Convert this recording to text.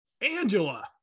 Angela